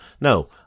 No